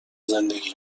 زندگی